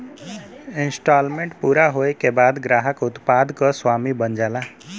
instalment पूरा होये के बाद ग्राहक उत्पाद क स्वामी बन जाला